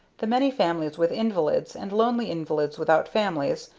the many families with invalids, and lonely invalids without families,